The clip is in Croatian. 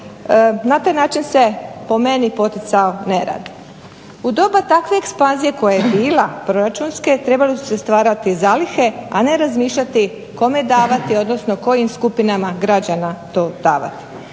Na taj način se, po meni, poticao nerad. U doba takve ekspanzije koja je bila proračunske trebale su se stvarati zalihe, a ne razmišljati kome davati odnosno kojim skupinama građana to davati.